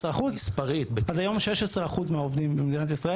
אז היום 16% מהעובדים במדינת ישראל